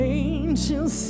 angels